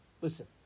Listen